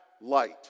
light